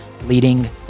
leading